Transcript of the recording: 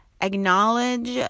acknowledge